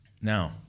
Now